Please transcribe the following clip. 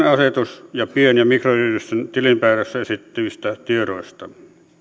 asetuksen pien ja mikroyritysten tilinpäätöksessä esitettävistä tiedoista